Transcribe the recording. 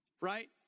Right